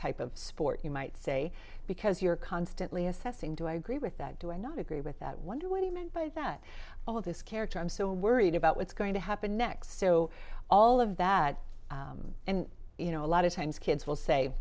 type of sport you might say because you're constantly assessing do i agree with that do i not agree with that wonder what he meant by that all of this character i'm so worried about what's going to happen next so all of that and you know a lot of times kids will say